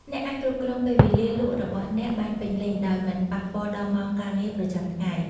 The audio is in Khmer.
អ្នកអាចគ្រប់គ្រងពេលវេលាលក់របស់អ្នកបានពេញលេញ ដោយមិនប៉ះពាល់ដល់ម៉ោងការងារប្រចាំថ្ងៃ។